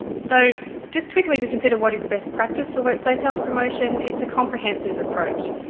so, just quickly to consider, what is best practice for workplace health promotion? it's a comprehensive approach.